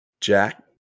Jack